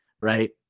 right